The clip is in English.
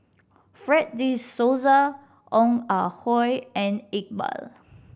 Fred De Souza Ong Ah Hoi and Iqbal